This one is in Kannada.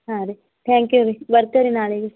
ಹಾಂ ರೀ ತ್ಯಾಂಕ್ ಯು ರೀ ಬರ್ತೀವಿ ರೀ ನಾಳೆಗೆ